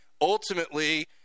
ultimately